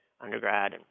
undergrad